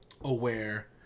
aware